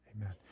Amen